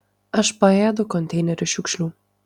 aš paėdu konteinerių šiukšlių